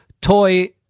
toy